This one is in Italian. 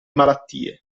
malattie